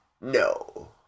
No